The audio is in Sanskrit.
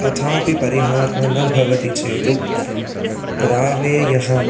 तथापि परिहारः न भवति चेत् ग्रामे यः